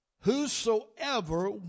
Whosoever